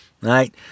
right